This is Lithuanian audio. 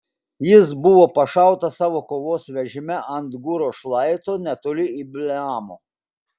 jis buvo pašautas savo kovos vežime ant gūro šlaito netoli ibleamo